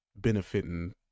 benefiting